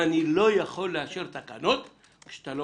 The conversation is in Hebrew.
אבל אני לא יכול לעגן תקנות כשאתה לא